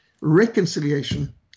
reconciliation